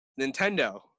Nintendo